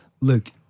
look